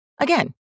Again